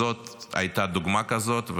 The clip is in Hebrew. זאת הייתה דוגמה כזאת,